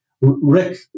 Rick